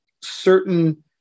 certain